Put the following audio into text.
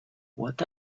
what